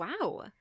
Wow